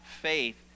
faith